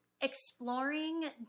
exploring